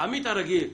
האמי"ת הרגיל,